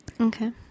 Okay